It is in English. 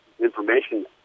information